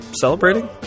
celebrating